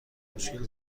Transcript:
مشکل